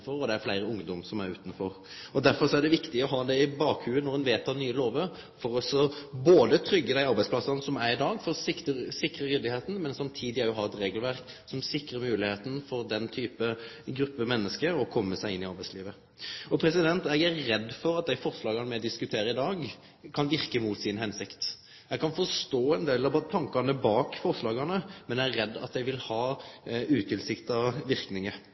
og det er fleire ungdomar som er utanfor. Derfor er det viktig å ha det i bakhovudet når ein vedtek nye lover, for å tryggje dei arbeidsplassane som er i dag, for å sikre ryddigheita, og for samtidig å ha eit regelverk som sikrar moglegheita for den gruppa menneske til å kome seg inn i arbeidslivet. Eg er redd for at dei forslaga me diskuterer i dag, kan verke mot si hensikt. Eg kan forstå ein del av tankane bak forslaga, men er redd dei vil ha utilsikta